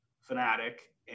fanatic